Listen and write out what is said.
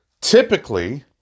typically